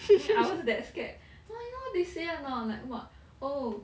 !ee! I was that scared oh you know what they say or not like what oh